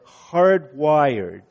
hardwired